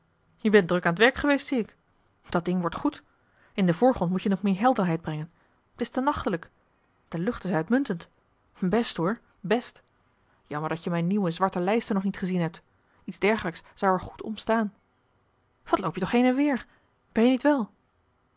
je bent druk aan het werk geweest zie ik dat ding wordt goed in den voorgrond moet je nog meer helderheid brengen t is te nachtelijk de lucht is uitmuntend best hoor best jammer dat je mijn nieuwe zwarte lijsten nog niet gezien hebt marcellus emants een drietal novellen iets dergelijks zou er goed om staan wat loop je toch heen en weer ben je niet wel